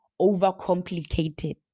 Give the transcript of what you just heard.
overcomplicated